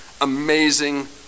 amazing